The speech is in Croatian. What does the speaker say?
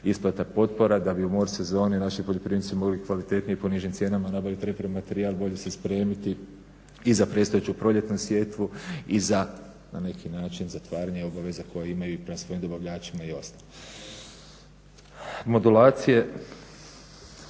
se ne razumije./… u sezoni naši poljoprivrednici mogli kvalitetnije i po nižim cijenama nabaviti repromaterijal, bolje se spremiti i za predstojeću proljetnu sjetvu i za na neki način zatvaranje obaveza koje imaju i prema svojim dobavljačima i ostalo. Modulacije,